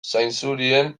zainzurien